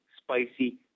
spicy